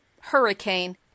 hurricane